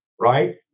right